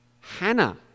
Hannah